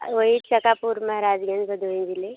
अरे वही चकापुर महाराजगंज भदोही जिले